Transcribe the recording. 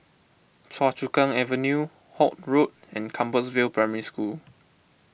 Choa Chu Kang Avenue Holt Road and Compassvale Primary School